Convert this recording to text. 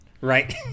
Right